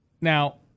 Now